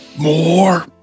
More